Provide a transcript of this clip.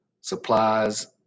supplies